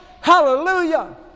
Hallelujah